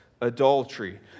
adultery